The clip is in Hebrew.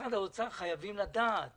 במשרד האוצר חייבים לדעת